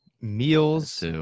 Meals